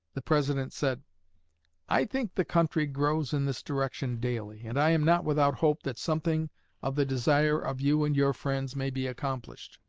the president said i think the country grows in this direction daily, and i am not without hope that something of the desire of you and your friends may be accomplished.